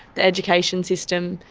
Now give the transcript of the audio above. the education system,